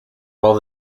while